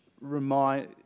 remind